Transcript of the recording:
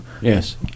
yes